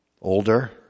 older